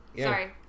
Sorry